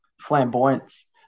flamboyance